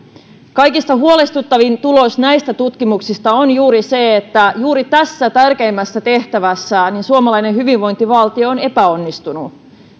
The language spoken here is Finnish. kaikista huolestuttavin tulos näistä tutkimuksista on juuri se että juuri tässä tärkeimmässä tehtävässään suomalainen hyvinvointivaltio on epäonnistunut